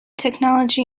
technology